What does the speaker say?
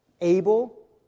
able